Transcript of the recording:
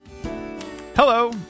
Hello